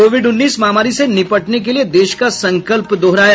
Covid उन्नीस महामारी से निपटने के लिए देश का संकल्प दोहराया